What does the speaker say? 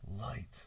Light